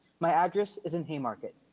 my address is in haymarket.